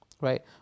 right